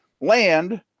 Land